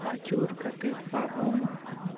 ᱟᱪᱩᱨ ᱠᱟᱛᱮᱜ ᱯᱟᱲᱦᱟᱣ ᱢᱮ